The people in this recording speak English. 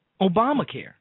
Obamacare